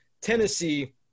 Tennessee